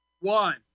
one